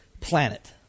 planet